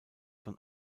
von